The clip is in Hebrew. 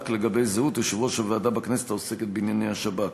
לגבי זהות יושב-ראש הוועדה בכנסת העוסקת בענייני השב"כ.